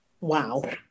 wow